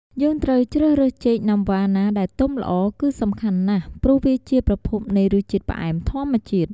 យើងត្រូវជ្រើសរើសចេកណាំវ៉ាណាដែលទុំល្អ គឺសំខាន់ណាស់ ព្រោះវាជាប្រភពនៃរសជាតិផ្អែមធម្មជាតិ។